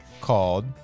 Called